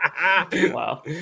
Wow